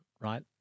right